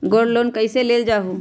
Gold loan कईसे लेल जाहु?